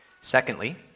Secondly